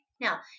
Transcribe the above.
Now